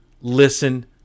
listen